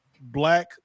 black